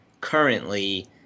currently